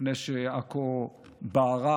לפני שעכו בערה